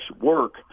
Work